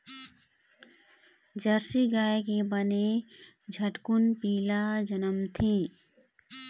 Jersey गाय के बने झटकुन पिला जनमथे